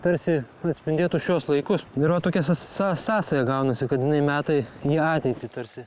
tarsi atspindėtų šiuos laikus ir va tokia sa sąsaja gaunasi kad jinai metai į ateitį tarsi